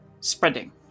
spreading